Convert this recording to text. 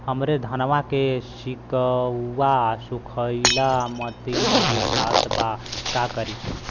हमरे धनवा के सीक्कउआ सुखइला मतीन बुझात बा का करीं?